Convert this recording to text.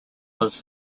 was